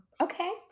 Okay